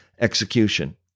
execution